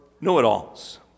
know-it-alls